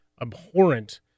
abhorrent